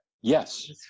Yes